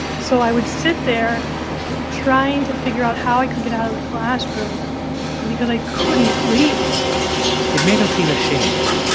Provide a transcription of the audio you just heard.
so i would sit there trying to figure out how i could get out of the classroom because i couldn't read it made her feel ashamed.